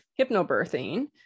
hypnobirthing